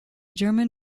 german